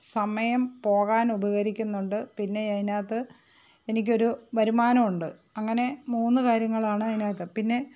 സമയം പോകാന് ഉപകരിക്കുന്നുണ്ട് പിന്നെ അതിനകത്ത് എനിക്കൊരു വരുമാനമുണ്ട് അങ്ങനെ മൂന്ന് കാര്യങ്ങളാണ് അതിനകത്ത് പിന്നെ